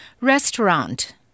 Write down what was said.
restaurant